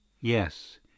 Yes